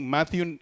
Matthew